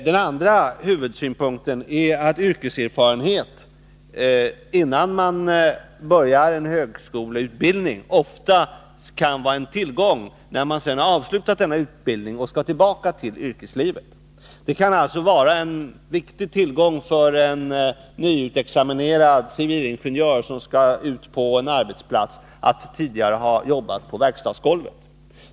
Den andra huvudsynpunkten är att yrkeserfarenhet innan man börjar en högskoleutbildning ofta kan vara en tillgång när man sedan har avslutat denna utbildning och skall tillbaka till yrkeslivet. Det kan alltså vara en viktig tillgång för en nyexaminerad civilingenjör som skall ut på en arbetsplats att tidigare ha jobbat på verkstadsgolvet.